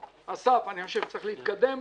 אסף, אני חושב שצריך להתקדם.